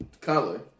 color